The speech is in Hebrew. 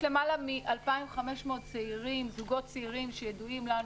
יש למעלה מ-2,500 זוגות צעירים שידועים לנו